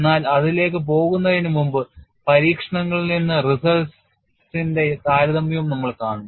എന്നാൽ അതിലേക്ക് പോകുന്നതിനു മുമ്പ് പരീക്ഷണങ്ങളിൽ നിന്ന് results ഇന്റെ താരതമ്യവും നമ്മൾ കാണും